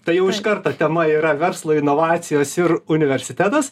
tai jau iš karto tema yra verslo inovacijos ir universitetas